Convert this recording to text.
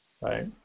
Right